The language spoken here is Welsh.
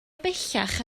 bellach